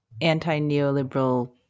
anti-neoliberal